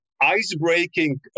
ice-breaking